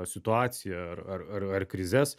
situaciją ar ar ar krizes